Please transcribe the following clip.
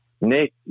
Nick